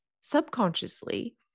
subconsciously